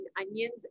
onions